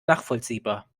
nachvollziehbar